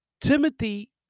Timothy